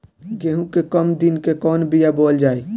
गेहूं के कम दिन के कवन बीआ बोअल जाई?